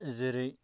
जेरै